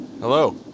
Hello